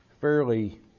fairly